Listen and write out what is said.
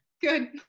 good